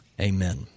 Amen